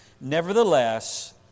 nevertheless